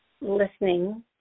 listening